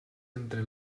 entre